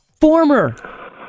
former